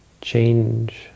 change